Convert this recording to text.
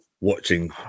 watching